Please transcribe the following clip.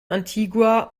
antigua